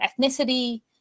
ethnicity